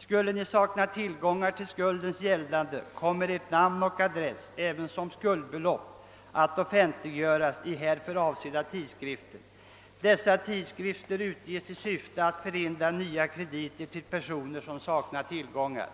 Skulle Ni sakna tillgångar till skuldens gäldande, kommer Ert namn och adress, ävensom skuldbelopp att offentliggöras i härför avsedda tidskrifter. Dessa tidskrifter utges i syfte att förhindra nya krediter till personer som saknar tillgångar.